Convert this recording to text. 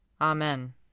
Amen